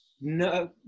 No